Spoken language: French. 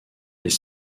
les